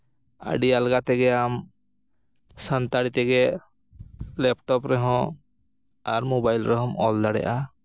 ᱟᱹᱰᱤ ᱟᱞᱜᱟ ᱛᱮᱜᱮ ᱟᱢ ᱥᱟᱱᱛᱟᱲᱤ ᱛᱮᱜᱮ ᱞᱮᱯᱴᱚᱯ ᱨᱮᱦᱚᱸ ᱟᱨ ᱢᱳᱵᱟᱭᱤᱞ ᱨᱮᱦᱚᱸᱢ ᱚᱞ ᱫᱟᱲᱮᱭᱟᱜᱼᱟ